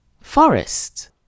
forest